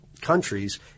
countries